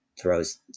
throws